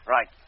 Right